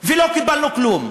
ולא קיבלנו כלום,